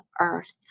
earth